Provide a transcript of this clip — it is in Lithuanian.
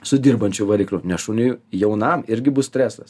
su dirbančiu varikliu nes šuniui jaunam irgi bus stresas